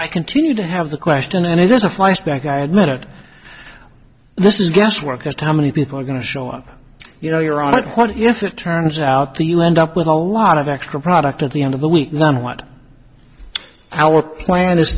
i continue to have the question and it is a flashback i admit this is guesswork as to how many people are going to show up you know you're out what if it turns out the you end up with a lot of extra product at the end of the week none want our plan is